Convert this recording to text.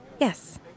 Yes